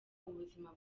ubuzima